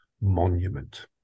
monument